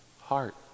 heart